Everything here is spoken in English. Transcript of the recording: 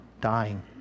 dying